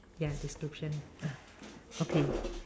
ya description uh okay